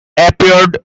appeared